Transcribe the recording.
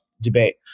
debate –